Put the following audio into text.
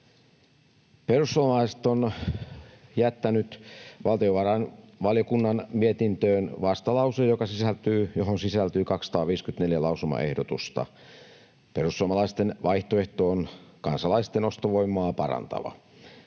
Perussuomalaiset ovat jättäneet valtiovarainvaliokunnan mietintöön vastalauseen, johon sisältyy 254 lausumaehdotusta. Perussuomalaisten vaihtoehto on kansalaisten ostovoimaa parantava.